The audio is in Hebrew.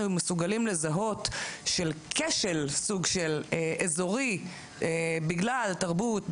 מסוגלים לזהות של כשל אזורי בגלל תרבות,